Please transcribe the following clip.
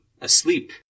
asleep